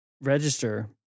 register